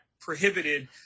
prohibited